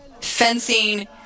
fencing